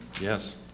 Yes